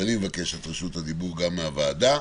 אני מבקש את רשות הדיבור מהוועדה.